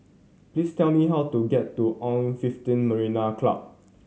please tell me how to get to On fifteen Marina Club